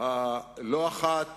לא אחת